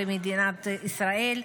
במדינת ישראל,